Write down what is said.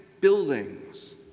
buildings